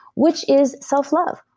which is self-love.